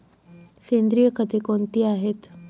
सेंद्रिय खते कोणती आहेत?